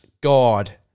God